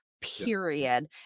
period